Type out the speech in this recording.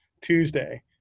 Tuesday